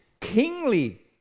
kingly